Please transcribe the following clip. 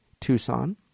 Tucson